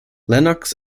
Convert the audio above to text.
lennox